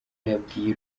yabwiye